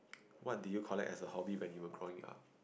what did you collect as a hobby when you were growing up